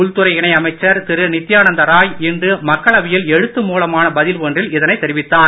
உள்துறை இணை அமைச்சர் திரு நித்தியானந்த ராய் இன்று மக்களவையில் எழுத்து மூலமான பதில் ஒன்றில் இதைத் தெரிவித்தார்